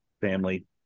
family